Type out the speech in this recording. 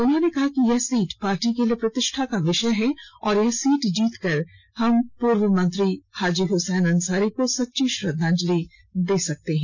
उन्होंने कहा कि यह सीट पार्टी के लिए प्रतिष्ठा का विषय है और यह सीट जीतकर हम पूर्व मंत्री हाजी हुसैन अंसारी को सच्ची श्रद्धांजलि दे सकते हैं